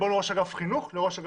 תסבירו לי במשפט על מה